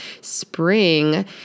spring